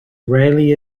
rarely